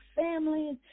families